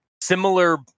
similar